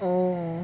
oh